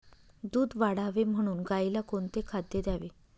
दूध वाढावे म्हणून गाईला कोणते खाद्य द्यावे?